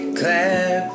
clap